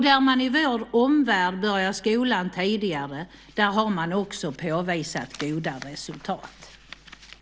Där man i vår omvärld börjar skolan tidigare har man också påvisat goda resultat.